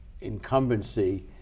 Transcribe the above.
incumbency